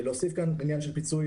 להוסיף כאן עניין של פיצוי,